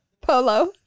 polo